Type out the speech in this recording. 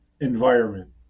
environment